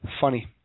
Funny